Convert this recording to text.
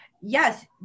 Yes